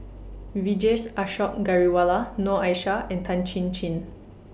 Vijesh Ashok Ghariwala Noor Aishah and Tan Chin Chin